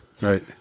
Right